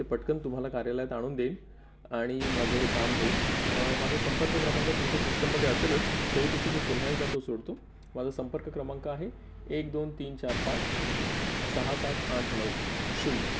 ते पटकन तुम्हाला कार्यालयात आणून देईन आणि माझं हे काम होईल माझा संपर्क क्रमांक तुमच्या सिस्टममध्ये असेलच तरीदेखील मी पुन्हा एकदा तो सोडतो माझा संपर्क क्रमांक आहे एक दोन तीन चार पाच सहा सात आठ नऊ शून्य